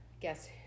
Guess